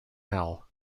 hell